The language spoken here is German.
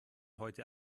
heute